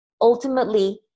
ultimately